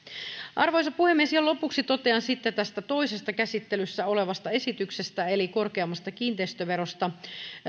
arvoisa puhemies ihan lopuksi totean sitten tästä toisesta käsittelyssä olevasta esityksestä eli korkeammasta kiinteistöverosta